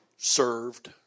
served